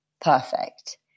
perfect